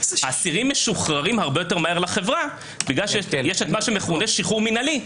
אסירים משוחררים הרבה יותר מהר לחברה כי יש מה שמכונה שחרור מינהלי,